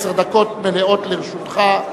עשר דקות מלאות לרשותך.